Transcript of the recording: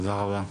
תודה רבה,